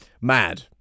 mad